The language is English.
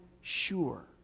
sure